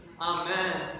Amen